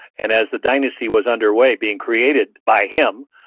and as the dynasty was underway being created by him,